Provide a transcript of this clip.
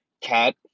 cat